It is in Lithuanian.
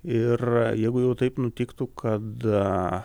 ir jeigu jau taip nutiktų kad